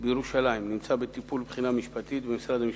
בירושלים נמצא בטיפול ובבחינה משפטית במשרד המשפטים.